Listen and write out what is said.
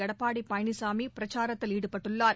எடப்பாடி பழனிசாமி பிரச்சாரத்தில் ஈடுபட்டுள்ளார்